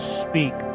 speak